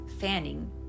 fanning